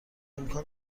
امکان